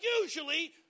usually